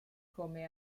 come